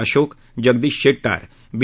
Ashok Jagdish Shettar बी